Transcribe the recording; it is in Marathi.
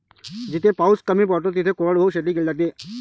जिथे पाऊस कमी पडतो तिथे कोरडवाहू शेती केली जाते